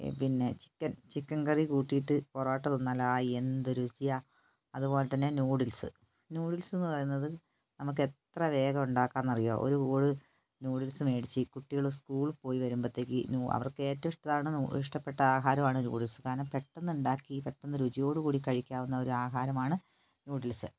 പിന്നെ chicken chicken curry കൂട്ടിയിട്ട് പൊറോട്ട തിന്നാല് ഹായ് എന്തു രുചിയാണ് അതുപോലെതന്നെ നൂഡില്സ് നൂഡില്സ് എന്നു പറയുന്നത് നമുക്ക് എത്ര വേഗം ഉണ്ടാക്കാമെന്നറിയുമോ ഒരു നുഡില്സ് മേടിച്ച് കുട്ടികള് ഉസ്കൂളിൽ പോയി വരുമ്പോഴേക്ക് അവര്ക്ക് ഏറ്റവും ഇഷ്ടമാണ് ഇഷ്ടപ്പെട്ട ആഹാരവാണ് നൂഡില്സ് കാരണം പെട്ടെന്ന് ഉണ്ടാക്കി പെട്ടെന്ന് രുചിയോടുകൂടി കഴിക്കാവുന്ന ഒരു ആഹാരമാണ് നൂഡില്സ്